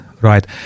right